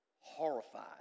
horrified